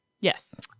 Yes